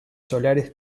solares